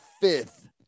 fifth